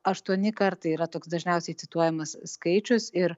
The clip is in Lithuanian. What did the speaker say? aštuoni kartai yra toks dažniausiai cituojamas skaičius ir